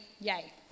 yay